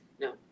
no